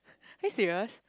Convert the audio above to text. are you serious